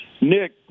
Nick